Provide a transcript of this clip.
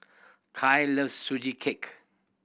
Kai loves Sugee Cake